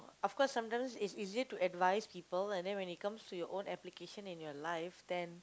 of course sometimes it's easier to advise people and then when it comes to your own application in your life then